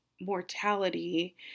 mortality